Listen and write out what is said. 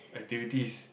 activities